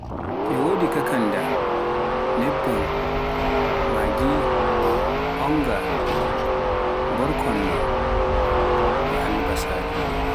e wodi kakaanda, nebban, maji, onga, e borkonno, albasaare,